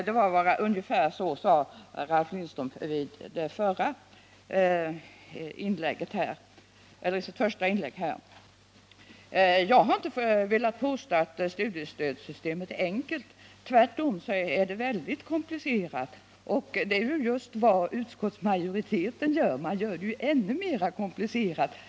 Det var ungefär vad Ralf Lindström sade i sitt första inlägg. Jag har inte velat påstå att studiestödssystemet är enkelt — tvärtom är det mycket komplicerat. Men utskottsmajoriteten vill göra det ännu mer komplicerat.